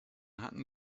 hatten